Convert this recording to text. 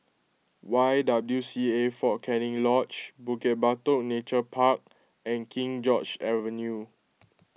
Y W C A fort Canning Lodge Bukit Batok Nature Park and King George's Avenue